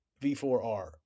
V4R